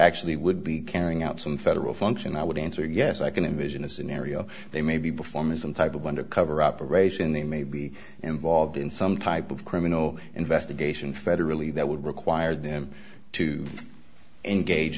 actually would be carrying out some federal function i would answer yes i can envision a scenario they may be performing some type of undercover operation they may be involved in some type of criminal investigation federally that would require them to engage